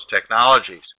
technologies